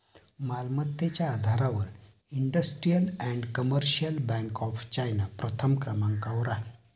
मालमत्तेच्या आधारावर industrial and commercial bank of China प्रथम क्रमांकावर आहे